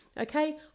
Okay